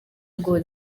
ngo